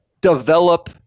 develop